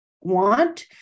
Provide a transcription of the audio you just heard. want